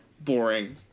boring